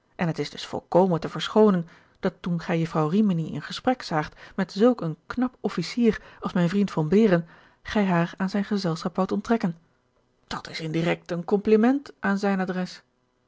en het is dns volkomen te verschoonen dat toen gij juffrouw rimini in gesprek zaagt met zulk een knap officier als mijn vriend von behren gij haar aan zijn gezelschap woudt onttrekken dat is indirekt een kompliment aan zijn adres